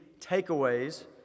takeaways